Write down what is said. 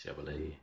Chevrolet